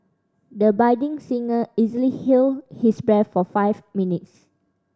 the budding singer easily held his breath for five minutes